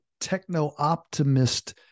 techno-optimist